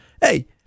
Hey